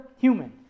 human